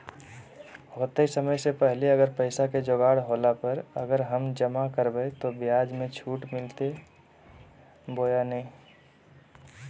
होतय समय से पहले अगर पैसा के जोगाड़ होला पर, अगर हम जमा करबय तो, ब्याज मे छुट मिलते बोया नय?